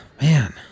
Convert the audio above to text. Man